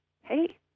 hey